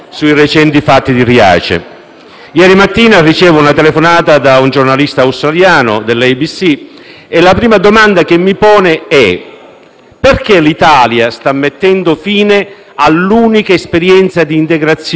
Ieri mattina ricevo una telefonata da un giornalista australiano dell'ABC e la prima domanda che egli mi pone è: perché l'Italia sta mettendo fine all'unica esperienza di integrazione di cui siamo a conoscenza?